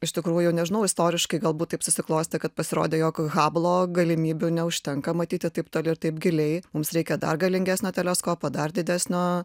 iš tikrųjų nežinau istoriškai galbūt taip susiklostė kad pasirodė jog hablo galimybių neužtenka matyti taip toli ir taip giliai mums reikia dar galingesnio teleskopo dar didesnio